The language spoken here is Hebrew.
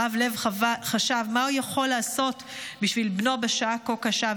הרב לב חשב מה הוא יכול לעשות בשביל בנו בשעה כה קשה,